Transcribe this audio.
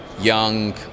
young